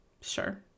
sure